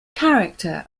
character